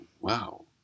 wow